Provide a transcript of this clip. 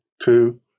two